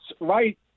right